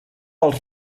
als